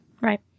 Right